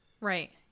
Right